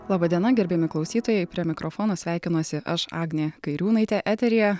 laba diena gerbiami klausytojai prie mikrofono sveikinuosi aš agnė kairiūnaitė eteryje